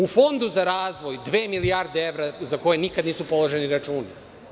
U Fondu za razvoj, dve milijarde evra za koje nikad nisu položeni računi.